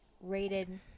rated